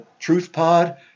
truthpod